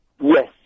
Yes